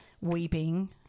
Weeping